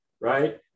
right